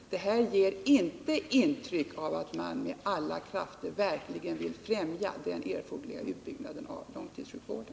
Den här debatten ger inte intryck av att man med alla krafter verkligen vill främja den erforderliga utbyggnaden av långtidssjukvården.